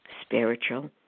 spiritual